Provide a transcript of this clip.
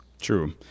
true